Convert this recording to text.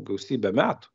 gausybę metų